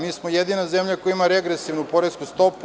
Mi smo jedina zemlja koja ima regresivnu poresku stopu.